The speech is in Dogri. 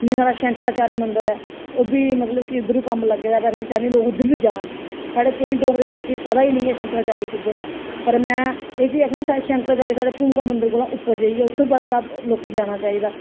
जियां साढ़ा शंकराचार्य मंदर ऐ ओह् बी मतलब कि उद्धर बी कम्म लग्गे दा ऐ ते में चाह्न्नीं कि लोक उद्धर बी जान साढ़े केईं डोगरे लोकें गी पता गै निं ऐ कि शंकराचार्य कुद्धर ऐ पर में एह् जे आक्खना चाह्न्नीं कि शंकराचार्य मंदर साढ़े भूमका मंदर कोला उप्पर जाइयै उत्थें लोकें जाना चाहिदा